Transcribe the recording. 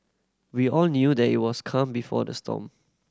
we all knew that it was calm before the storm